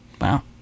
wow